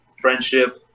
friendship